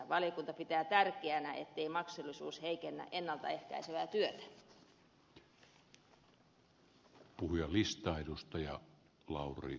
valiokunta pitää tärkeänä ettei maksullisuus heikennä ennalta ehkäisevää työtä